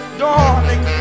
darling